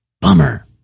Bummer